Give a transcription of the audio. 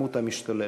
לאלימות המשתוללת.